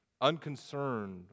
unconcerned